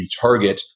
retarget